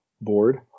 board